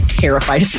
terrified